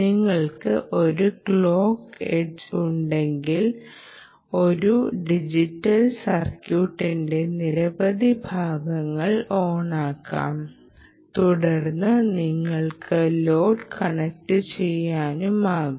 നിങ്ങൾക്ക് ഒരു clock edge ഉണ്ടെങ്കിൽ ഒരു ഡിജിറ്റൽ സർക്യൂട്ടിന്റെ നിരവധി ഭാഗങ്ങൾ ഓണാകും തുടർന്ന് നിങ്ങൾക്ക് ലോഡ് കണക്റ്റുചെയ്യാനമാകും